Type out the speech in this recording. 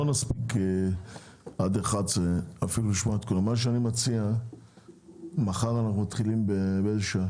לא נספיק לשמוע את כולם עד 11:00. אני מציע שנמשיך מחר בשעה